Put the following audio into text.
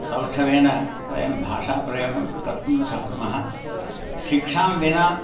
सौष्ठवेन वयं भाषाप्रयोगमपि कर्तुं न शक्नुमः शिक्षां विना